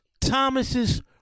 Thomas's